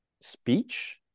speech